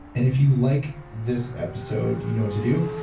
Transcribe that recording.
and if you like this episode you know what to do,